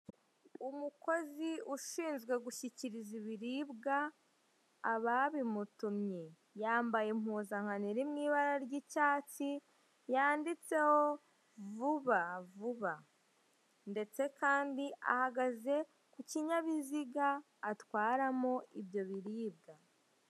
Umukozi ishinzwe gushyikiriza ibiribwa ababimutumye. Yambaye impuzankano iri mu ibara ry'icyatsi, yanditseho vuba vuba. Ndetse kandi ahagaze ku kinyabiziga atwaramo ibyo biribwa.